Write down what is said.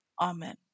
Amen